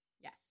Yes